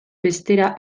bestera